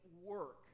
work